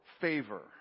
favor